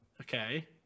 Okay